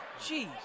Jeez